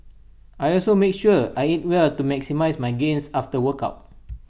I also make sure I eat well to maximise my gains after work out